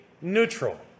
neutral